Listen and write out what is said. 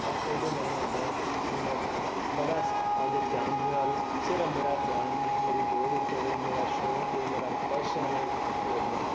ਤਾਂ ਉਦੋਂ ਮੈਨੂੰ ਹੁੰਦਾ ਹੈ ਕਿ ਮੈਂ ਬੜਾ ਆਪਣੇ ਧਿਆਨ ਦੇ ਨਾਲ ਜਿਹੜਾ ਮੇਰਾ ਧਿਆਨ ਮੇਰੀ ਦੋੜ ਉੱਤੇ ਹੋਵੇ ਮੇਰਾ ਸ਼ੌਂਕ ਹੈ ਮੇਰਾ ਪੈਸ਼ਨ ਹੈ ਦੌੜਨਾ